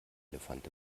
elefant